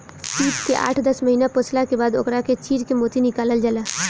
सीप के आठ दस महिना पोसला के बाद ओकरा के चीर के मोती निकालल जाला